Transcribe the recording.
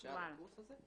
שהייתה לקורס הזה.